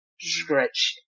stretch